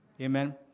Amen